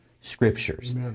scriptures